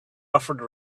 offered